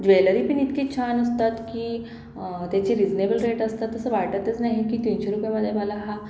jewellery पण इतकी छान असतात की त्याचे रिझनेबल रेट असतात असं वाटतंच नाही की तीनशे रूपयेमध्ये मला हा